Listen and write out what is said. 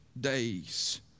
days